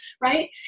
right